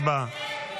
הצבעה.